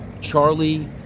Charlie